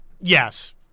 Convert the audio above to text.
Yes